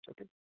Okay